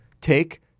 take